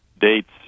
dates